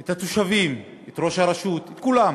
את התושבים, את ראש הרשות, את כולם.